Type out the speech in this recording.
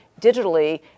digitally